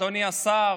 אדוני השר,